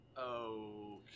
okay